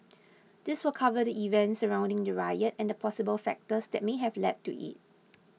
this will cover the events surrounding the riot and the possible factors that may have led to it